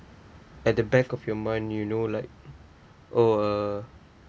at the back of your mind you know like oh uh